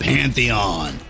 Pantheon